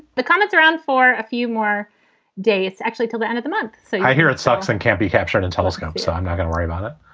the comments around for a few more days, actually, till the end of the month so i hear it sucks and can't be captured and telescope, so i'm not going to worry about it